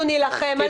אנחנו נילחם על זה.